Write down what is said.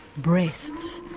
breasts,